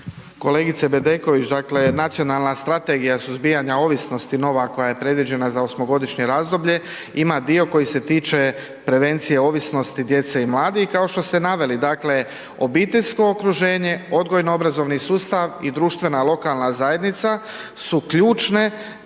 Kolegice Bedeković, dakle, nacionalna strategija suzbijanja ovisnosti nova koja je previđena za osmogodišnje razdoblje, ima dio koji se tiče prevencije ovisnosti djece i mladih kao što ste naveli, dakle obiteljsko okruženje, odgojno-obrazovni sustav i društvena lokalna zajednica su ključne